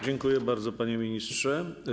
Dziękuję bardzo, panie ministrze.